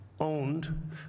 owned